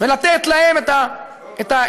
ולתת להם את האפשרות,